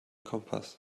kompass